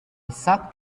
sucked